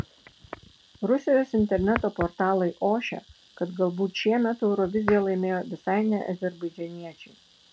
rusijos interneto portalai ošia kad galbūt šiemet euroviziją laimėjo visai ne azerbaidžaniečiai